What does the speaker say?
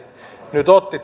nyt otti